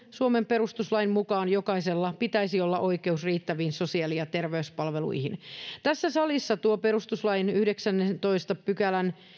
suomen perustuslain mukaan jokaisella pitäisi olla oikeus riittäviin sosiaali ja terveyspalveluihin tässä salissa tuo perustuslain yhdeksännentoista pykälän